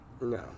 No